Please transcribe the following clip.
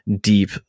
deep